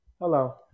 Hello